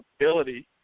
ability